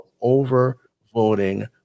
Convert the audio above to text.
over-voting